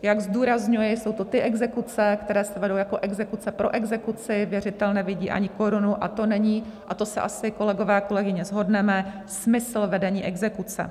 Jak zdůrazňuji, jsou to ty exekuce, které se vedou jako exekuce pro exekuci, věřitel nevidí ani korunu, a to není, to se asi, kolegové a kolegyně, shodneme, smysl vedení exekuce.